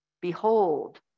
Behold